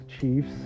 Chiefs